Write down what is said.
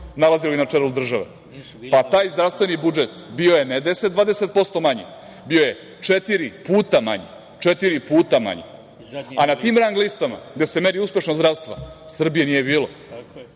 nalazili na čelu države? Taj zdravstveni budžet bio je ne 10%, 20% manji, bio je četiri puta manji, a na tim rang listama gde se meri uspešnost zdravstva Srbije nije bilo.